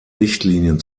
richtlinien